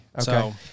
Okay